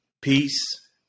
peace